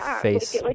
face